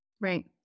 Right